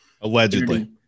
allegedly